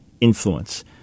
influence